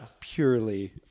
purely